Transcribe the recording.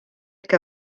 que